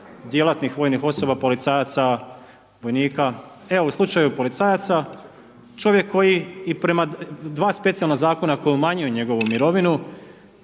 djelatnih vojnih osoba, policajaca, vojnika. Evo, u slučaju policajaca, čovjek koji i prema dva specijalna Zakona koja umanjuje njegovu mirovinu,